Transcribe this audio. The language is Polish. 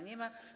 Nie ma.